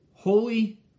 Holy